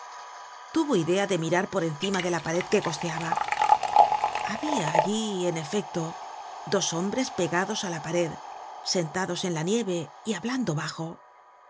tuvo idea de mirar por encima de la pared que costeaba habia allí en efecto dos hombres pegados á la pared sentados en la nieve y hablando bajo